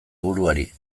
buruari